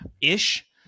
ish